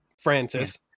Francis